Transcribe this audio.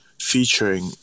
featuring